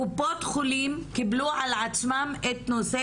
קופות החולים קיבלו על עצמם את נושא